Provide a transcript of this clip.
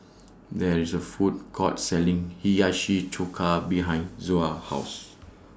There IS A Food Court Selling Hiyashi Chuka behind Zoa's House